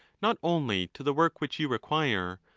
not only to the work which you require,